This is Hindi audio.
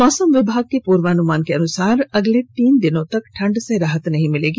मौसम विभाग के पूर्वानुमान के अनुसार अगले तीन दिनों तक ठंढ से राहत नहीं मिलेगी